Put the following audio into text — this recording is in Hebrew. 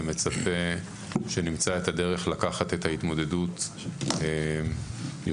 ומצפה שנמצא את הדרך לקחת את ההתמודדות לשיפור רב יותר